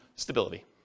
Stability